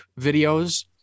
videos